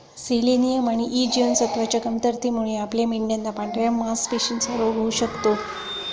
selenium आणि ई जीवनसत्वच्या कमतरतेमुळे आपल्या मेंढयांना पांढऱ्या मासपेशींचा रोग होऊ शकतो